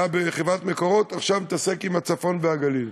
היה בחברת "מקורות", עכשיו מתעסק עם הצפון והגליל.